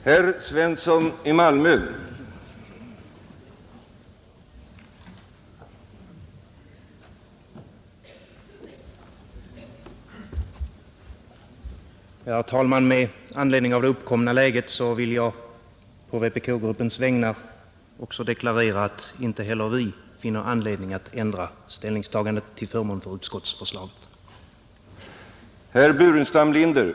Herr talman! Med anledning av det uppkomna läget vill jag på vpk-gruppens vägnar deklarera att inte heller vi finner anledning att ändra det ställningstagande vi tidigare gjort till förmån för utskottsförslaget.